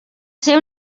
ser